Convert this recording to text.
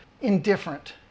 indifferent